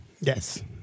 Yes